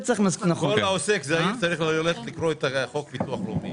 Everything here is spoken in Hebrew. כל עוסק זעיר צריך ללכת לקרוא את חוק ביטוח לאומי.